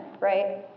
right